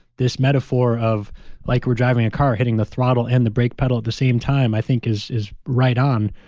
this metaphor of like we're driving a car, hitting the throttle and the brake pedal at the same time, i think is is right on.